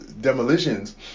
demolitions